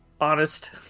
honest